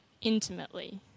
intimately